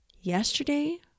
Yesterday